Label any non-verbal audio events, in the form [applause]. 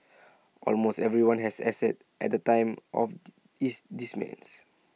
almost everyone has assets at the time of [unintelligible] his [unintelligible]